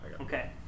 Okay